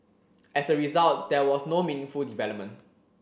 as a result there was no meaningful development